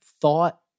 thought